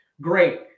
great